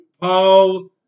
Paul